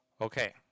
Okay